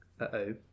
Uh-oh